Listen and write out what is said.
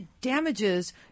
damages